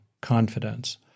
confidence